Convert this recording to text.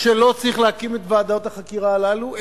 שלא צריך להקים את ועדות החקירה הללו,